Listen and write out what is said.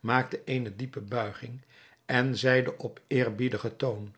maakte eene diepe buiging en zeide op eerbiedigen toon